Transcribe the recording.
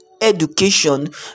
education